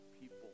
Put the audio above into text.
people